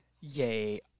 Yay